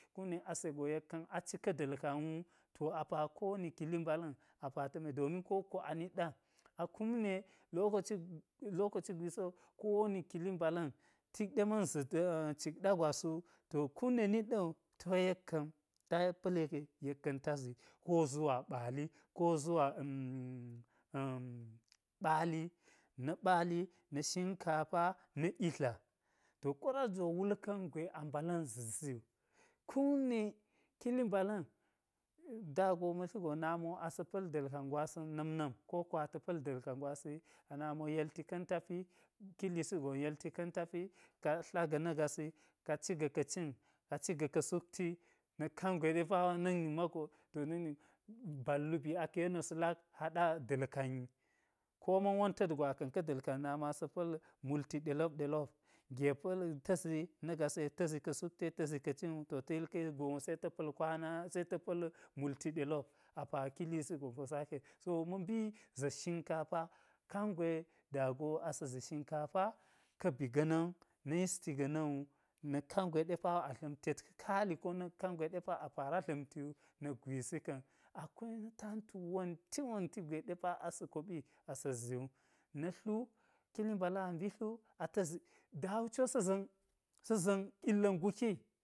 A kum ne ase go yek ka̱n aci ka̱ da̱b kan wu apa ko woni kili mbala̱n apa ta mwe domin ko wokko, anit ɗa a kum ne lokoci-lokoci gwisi wo ko woni kili mbala̱n tik ɗe ma̱n za̱t a̱-a̱ cikɗa gwas wu, to kum ɗe nit ɗa̱wu to yek ka̱n, ta pa̱l yeke yek ka̱n tazi ko zuwa ɓali ko zuwa a̱-a̱ ɓali na̱ ɓali na̱ shin kafa na̱ idla to go kwaras wul ka̱n jwe a mbala̱n za̱siwu, kum ne kili mbala̱n da go ma̱ yisi go nami wo asa̱ pa̱l da̱lkan na̱m-na̱m, ko wokko ata̱ pa̱l da̱lkam gwasi, a nami wo yelti ka̱n tapi, kilisi gon yelti ka̱n tapi kaa tla ga̱ na̱ gasi kaa ci ga̱ ka̱ cin kaa ci ga̱ ka̱ sukti na̱k kangwe ɗe pawo na̱k nin mago to nak nin, bal hibii a ka̱a̱ yeni wo sa̱ lak haɗa da̱lkan yi, koma̱n wonta̱t gwakan ka̱ da̱lkan nami wo asa̱ pa̱l multi ɗelop-ɗe lop, ge pa̱l ta̱ zi na̱ gasi yekta̱ zi ka̱ sukti yek ta̱zi ka̱ cin wu to ta̱ yu ka̱wi gon wo se ta̱ kwana-se ta̱ pa̱l multi ɗelop apa kilisi gon po sake, so ma̱ mbi zat shinkafa kangwe da go asa̱ zishinkafa, ka bi gana̱n na̱ yisti ga̱na̱n wu, na̱k kangwe ɗepa wo a dla̱m tet ka̱ kaali ko na̱k kangwe ɗe pawo a fara dlamti wu na̱k gwisi ka̱n. Akwai tantu wonti-wonti gwe ɗe pa asa̱ koɓi asa̱ ziwu na thu kili mbala̱n ambi tlu ata̱ zi, da wu co sa̱ zan saza̱n illa̱ nguki